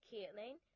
Caitlin